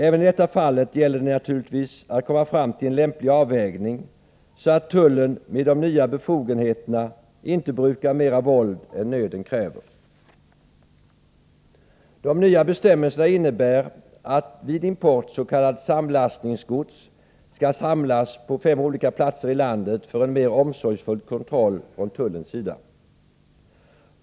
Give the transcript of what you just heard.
Även i detta fall gäller det naturligtvis att komma fram till en lämplig avvägning, så att tullen med sina nya befogenheter inte brukar mer våld än nöden kräver: De nya bestämmelserna innebär att vid import s.k. samlastningsgods skall samlas på fem olika platser i landet för en mer omsorgsfull kontroll från tullen.